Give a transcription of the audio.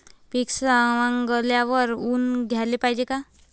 पीक सवंगल्यावर ऊन द्याले पायजे का?